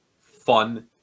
fun